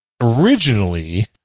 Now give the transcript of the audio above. originally